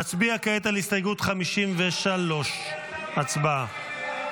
נצביע כעת על הסתייגות 53. הצבעה.